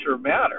matter